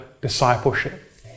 discipleship